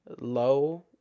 low